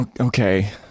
Okay